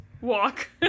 Walk